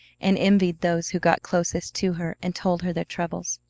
and envied those who got closest to her and told her their troubles.